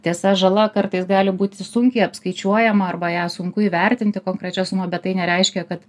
tiesa žala kartais gali būti sunkiai apskaičiuojama arba ją sunku įvertinti konkrečia suma bet tai nereiškia kad